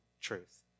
truth